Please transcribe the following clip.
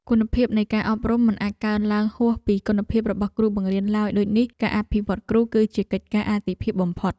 គុណភាពនៃការអប់រំមិនអាចកើនឡើងហួសពីគុណភាពរបស់គ្រូបង្រៀនឡើយដូចនេះការអភិវឌ្ឍគ្រូគឺជាកិច្ចការអាទិភាពបំផុត។